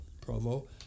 Provo